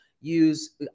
use